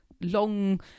long